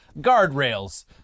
guardrails